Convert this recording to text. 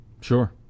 Sure